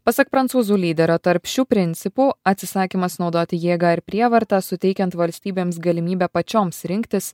pasak prancūzų lyderio tarp šių principų atsisakymas naudoti jėgą ir prievartą suteikiant valstybėms galimybę pačioms rinktis